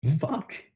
Fuck